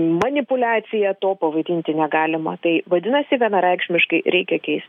manipuliacija to pavadinti negalima tai vadinasi vienareikšmiškai reikia keist